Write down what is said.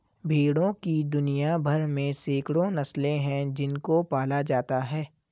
भेड़ों की दुनिया भर में सैकड़ों नस्लें हैं जिनको पाला जाता है